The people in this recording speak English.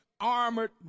armored